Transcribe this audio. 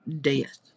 death